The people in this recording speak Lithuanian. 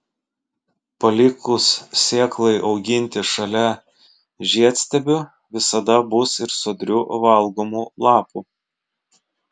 palikus sėklai auginti šalia žiedstiebių visada bus ir sodrių valgomų lapų